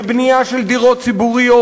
בבנייה של דירות ציבוריות,